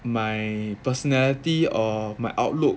my personality or my outlook